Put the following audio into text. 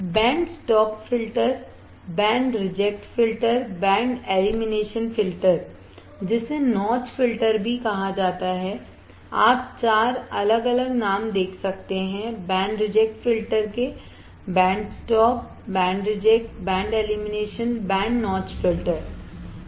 band stop filter band reject filter band elimination filter जिसे notch filter भी कहा जाता है आप चार अलग अलग नाम देख सकते हैं बैंड रिजेक्ट फिल्टर केबैंड stop band reject band elimination band notch filter ठीक